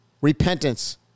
repentance